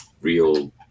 real